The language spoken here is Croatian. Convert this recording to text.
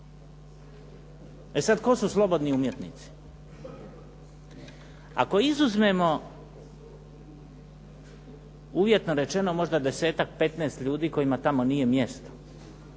E sad tko su slobodni umjetnici? Ako izuzmemo uvjetno rečeno možda 10-tak, 15 ljudi kojima tamo nije mjesto,